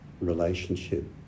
relationship